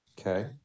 Okay